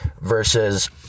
versus